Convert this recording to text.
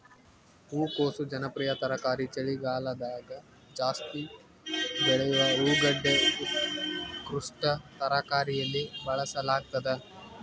ಹೂಕೋಸು ಜನಪ್ರಿಯ ತರಕಾರಿ ಚಳಿಗಾಲದಗಜಾಸ್ತಿ ಬೆಳೆಯುವ ಹೂಗಡ್ಡೆ ಉತ್ಕೃಷ್ಟ ತರಕಾರಿಯಲ್ಲಿ ಬಳಸಲಾಗ್ತದ